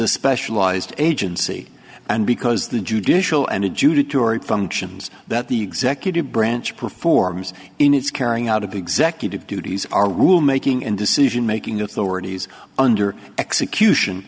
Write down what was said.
a specialized agency and because the judicial and adjudicatory functions that the executive branch performs in its carrying out of executive duties our rule making and decision making authorities under execution